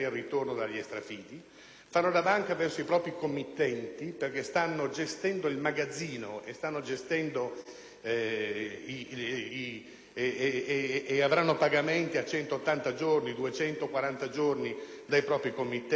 fanno da banca verso i propri committenti, perché stanno gestendo il magazzino e avranno pagamenti a 180 giorni o a 240 giorni dai propri committenti ed è prendere o lasciare;